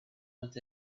went